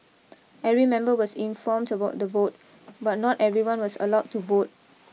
every member was informed about the vote but not everyone was allowed to vote